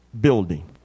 building